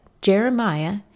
Jeremiah